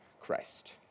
Christ